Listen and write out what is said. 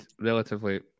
relatively